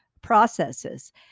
processes